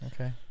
Okay